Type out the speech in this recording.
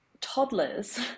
toddlers